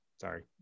Sorry